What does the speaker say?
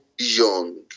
young